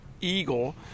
eagle